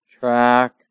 Track